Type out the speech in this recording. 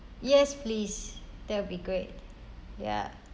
yes please that will be great ya